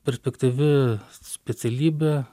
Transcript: perspektyvi specialybė